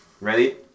Ready